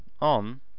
on